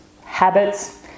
habits